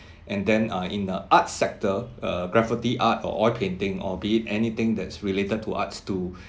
and then uh in the arts sector uh graffiti art or oil painting or be it anything that's related to arts to